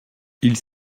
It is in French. ils